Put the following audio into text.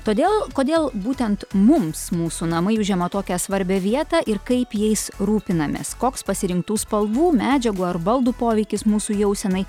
todėl kodėl būtent mums mūsų namai užima tokią svarbią vietą ir kaip jais rūpinamės koks pasirinktų spalvų medžiagų ar baldų poveikis mūsų jausenai